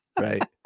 Right